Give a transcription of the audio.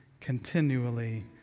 continually